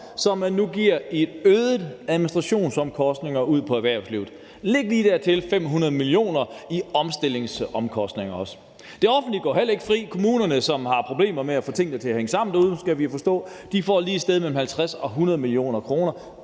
som øgede administrationsomkostninger. Læg så lige dertil 500 mio. kr. i omstillingsomkostninger. Det offentlige går heller ikke fri. Kommunerne, som har problemer med at få tingene til at hænge sammen derude – det skal vi jo forstå – får lige et sted mellem 50 og 100 mio. kr.